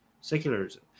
secularism